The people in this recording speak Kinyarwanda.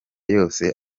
yose